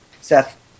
Seth